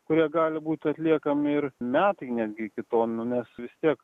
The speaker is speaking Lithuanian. kurie gali būt atliekami ir metai netgi iki to nu nes vis tiek